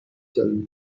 ترین